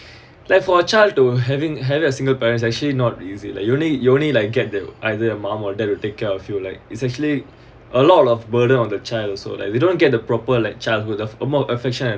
therefore child to having having a single parents actually not easy like you only you only like get them either your mom or dad will take care I feel like it's actually a lot of burden on the child so like they don't get the proper like childhood of a more affection